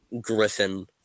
griffin